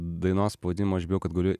dainos pavadinimo aš bijau kad galiu